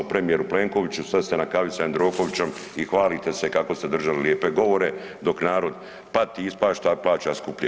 Premijeru Plenkoviću sada ste na kavi sa Jandrokovićem i hvalite se kako ste držali lijepe govore dok narod pati, ispašta i plaća skuplje.